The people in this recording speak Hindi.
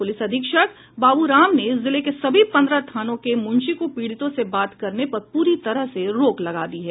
पुलिस अधीक्षक बाबू राम ने जिले के सभी पंद्रह थानों के मुंशी को पीड़ितों से बात करने पर पूरी तरह से रोक लगा दी है